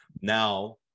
now